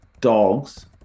Dogs